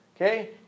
Okay